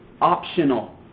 optional